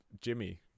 Jimmy